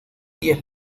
diez